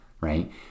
right